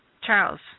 Charles